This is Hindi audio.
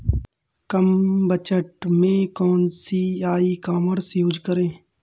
कम बजट में कौन सी ई कॉमर्स यूज़ करें?